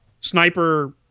sniper